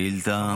השאילתה.